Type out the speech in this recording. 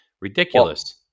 ridiculous